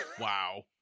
Wow